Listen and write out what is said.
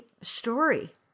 story